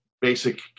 basic